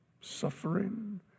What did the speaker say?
Suffering